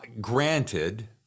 granted